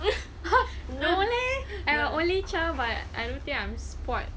!huh! no leh I'm an only child but I don't think I'm spoiled